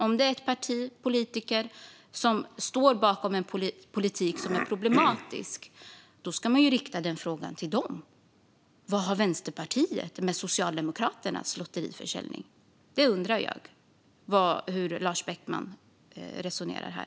Om ett parti står bakom en politik som är problematisk ska man rikta frågan till det partiet. Vad har Vänsterpartiet med Socialdemokraternas lottförsäljning att göra? Jag undrar hur Lars Beckman resonerar.